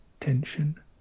tension